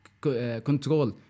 control